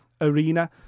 Arena